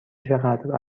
چقدر